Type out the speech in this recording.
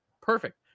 perfect